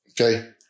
Okay